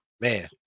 man